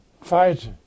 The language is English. fight